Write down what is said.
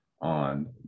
on